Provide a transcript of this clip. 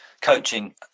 coaching